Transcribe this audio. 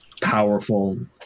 powerful